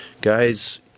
Guys